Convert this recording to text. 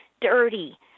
dirty